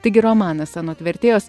taigi romanas anot vertėjos